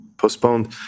postponed